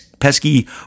pesky